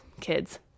kids